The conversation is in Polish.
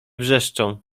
wrzeszczą